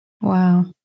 Wow